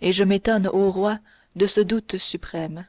et je m'étonne ô roi de ce doute suprême